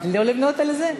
לא לבנות על זה?